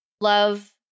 love